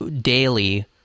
daily